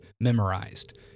memorized